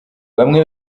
bamwe